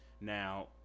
Now